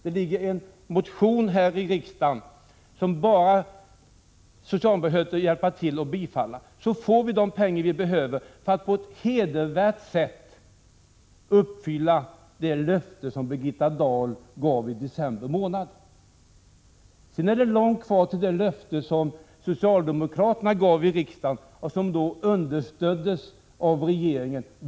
Det finns en motion här i riksdagen som socialdemokraterna bara behöver hjälpa till att 31 bifalla, så får vi de pengar som behövs för att på ett hedervärt sätt uppfylla Birgitta Dahls löfte från december månad. Sedan är det långt kvar till de löften som socialdemokraterna gav i riksdagen våren 1986 och som då understöddes av regeringen.